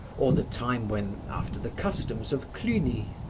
or the time when, after the customs of cluny,